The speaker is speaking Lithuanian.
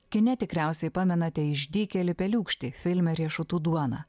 kine tikriausiai pamenate išdykėlį peliūkštį filme riešutų duona